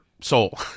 soul